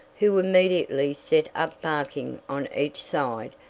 who immediately set up barking on each side,